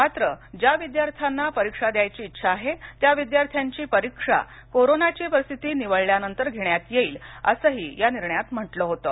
मात्र ज्या विद्यार्थ्यांना परीक्षा द्यायची इच्छा आहे त्या विद्यार्थ्याची परीक्षा कोरोनाची परिस्थिती निवळल्यावर घेण्यात येईल असंही या निर्णयात म्हटलं होतं